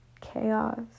chaos